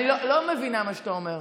אני לא מבינה מה שאתה אומר.